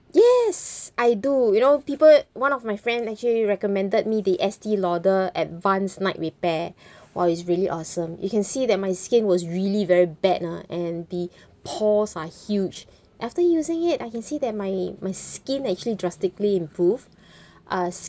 yes I do you know people one of my friend actually recommended me the estee lauder advanced night repair !wow! it's really awesome you can see that my skin was really very bad ah and the pores are huge after using it I can see that my my skin actually drastically improve uh